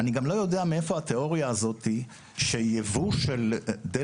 אני לא מבין מאיפה התיאוריה הזאת של יבוא שדלק